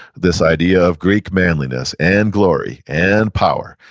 this idea of greek manliness and glory and power,